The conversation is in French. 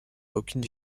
aucune